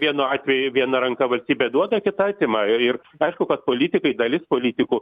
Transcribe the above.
vienu atveju viena ranka valstybė duoda kita atima ir ir aišku kad politikai dalis politikų